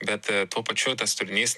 bet a tuo pačiu tas turinys